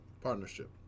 Partnership